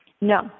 No